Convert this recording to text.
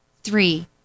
Three